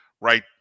right